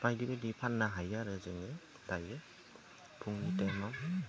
बायदि बायदि फाननो हायो आरो जोङो दानिया फुंनि टाइमाव